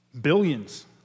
billions